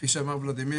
כפי שאמר ולדימיר,